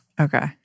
Okay